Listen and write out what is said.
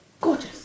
Gorgeous